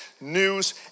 news